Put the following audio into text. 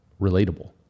relatable